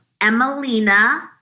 Emelina